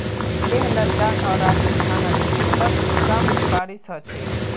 लेह लद्दाख आर राजस्थानत सबस कम बारिश ह छेक